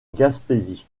gaspésie